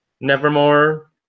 nevermore